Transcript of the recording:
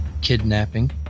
kidnapping